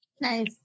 Nice